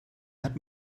hat